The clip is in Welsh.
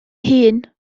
hun